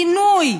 בינוי,